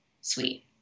sweet